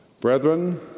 Brethren